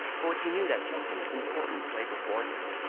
for he knew that something of importance lay before him.